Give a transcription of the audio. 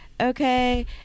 okay